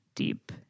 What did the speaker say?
deep